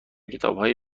کتابای